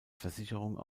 versicherung